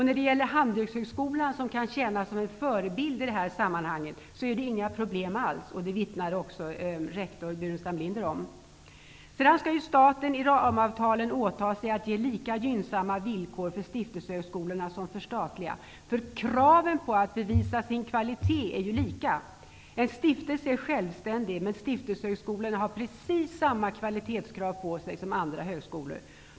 När det gäller Handelshögskolan, som ju kan tjäna som förebild i detta sammanhang, är det inget problem alls. Om det vittnar också rektor Burenstam Linder. Staten skall enligt ramavtalen åta sig att ge lika gynnsamma villkor för stiftelsehögskolorna som för statliga högskolor. Kraven på att bevisa sin kvalitet är lika. En stiftelse är självständig, men stiftelsehögskolorna har precis samma kvalitetskrav på sig som andra högskolor.